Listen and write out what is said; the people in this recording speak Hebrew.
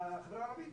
לחברה הערבית